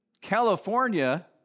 California